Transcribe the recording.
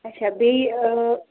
اچھا بیٚیہِ